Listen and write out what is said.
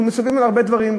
אנחנו מצווים על הרבה דברים,